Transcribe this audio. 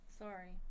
Sorry